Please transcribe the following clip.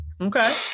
okay